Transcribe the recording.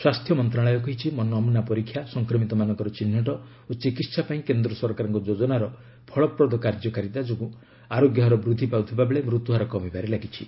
ସ୍ୱାସ୍ଥ୍ୟ ମନ୍ତ୍ରଣାଳୟ କହିଛି ନମ୍ବନା ପରୀକ୍ଷା ସଂକ୍ରମିତମାନଙ୍କର ଚିହ୍ନଟ ଓ ଚିକିତ୍ସା ପାଇଁ କେନ୍ଦ୍ର ସରକାରଙ୍କ ଯୋଜନାର ଫଳପ୍ରଦ କାର୍ଯ୍ୟକାରୀତା ଯୋଗୁଁ ଆରୋଗ୍ୟହାର ବୃଦ୍ଧି ପାଉଥିବାବେଳେ ମୃତ୍ୟୁହାର କମିବାରେ ଲାଗିଛି